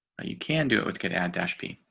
but you can do it with good ad dash p.